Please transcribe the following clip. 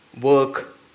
work